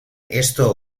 esto